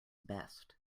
best